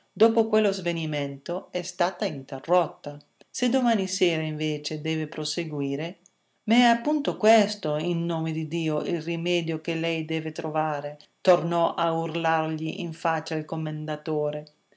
dopo quello svenimento è stata interrotta se domani sera invece deve proseguire ma è appunto questo in nome di dio il rimedio che lei deve trovare tornò a urlargli in faccia il commendatore